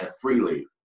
freely